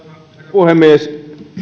puhemies